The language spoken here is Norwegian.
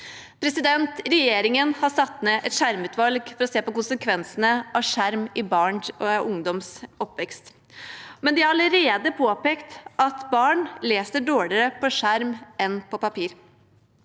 bøkene. Regjeringen har satt ned et skjermutvalg for å se på konsekvensene av skjerm i barn og ungdoms oppvekst. De har allerede påpekt at barn leser dårligere på skjerm enn på papir.